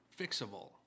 fixable